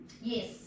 Yes